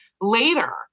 later